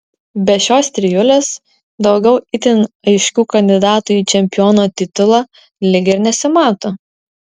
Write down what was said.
be šios trijulės daugiau itin aiškių kandidatų į čempiono titulą lyg ir nesimato